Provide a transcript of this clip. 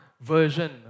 version